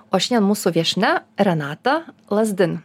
o šiandien mūsų viešnia renata lazdin